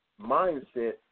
mindset